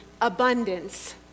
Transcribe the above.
abundance